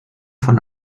von